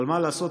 אבל מה לעשות,